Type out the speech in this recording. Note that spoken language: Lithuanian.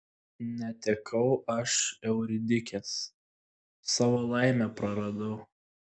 netekau aš euridikės savo laimę praradau